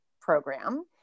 program